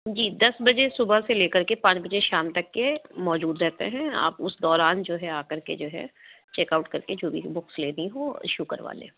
جی دس بجے صُبح سے لے کر کے پانچ بجے شام تک کے موجود رہتے ہیں آپ اُس دوران جو ہے آکر کے جو ہے چیک آؤٹ کر کے جو بھی بکس لینی ہو ایشو کروا لیں